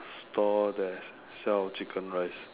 stall that sells chicken rice